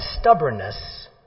stubbornness